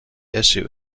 issue